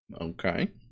Okay